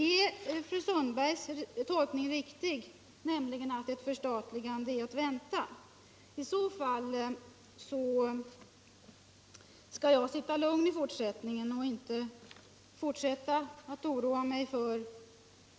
Är fru Sundbergs tolkning riktig, nämligen att ett förstatligande är att vänta? I så fall skall jag sitta lugn i fortsättningen och inte oroa mig för